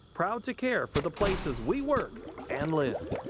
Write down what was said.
proud to care for the places we work and live.